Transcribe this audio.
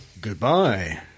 Goodbye